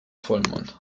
vollmond